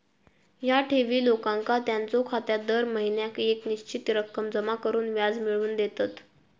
ह्या ठेवी लोकांका त्यांच्यो खात्यात दर महिन्याक येक निश्चित रक्कम जमा करून व्याज मिळवून देतत